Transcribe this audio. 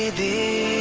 the